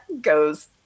goes